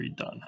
redone